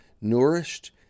nourished